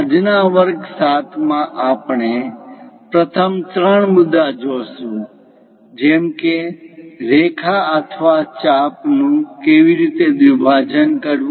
આજના વર્ગ 7 માં આપણે પ્રથમ ત્રણ મુદ્દા જોશું જેમ કે રેખા અથવા ચાપ નુ કેવી રીતે દ્વિભાજન કરવું